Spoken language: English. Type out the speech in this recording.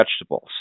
vegetables